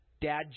dad